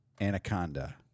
Anaconda